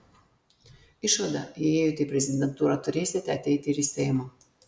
išvada jei ėjote į prezidentūrą turėsite ateiti ir į seimą